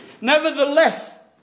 nevertheless